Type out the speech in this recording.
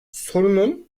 sorunun